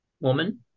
woman